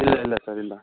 ಇಲ್ಲ ಇಲ್ಲ ಸರ್ ಇಲ್ಲ